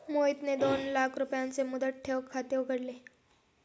मोहितने दोन लाख रुपयांचे मुदत ठेव खाते उघडले